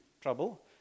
trouble